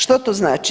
Što to znači.